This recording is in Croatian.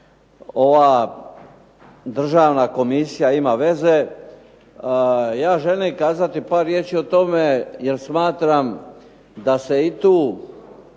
ova državna komisija ima veze. Ja želim kazati par riječi o tome, jer smatram da se i tu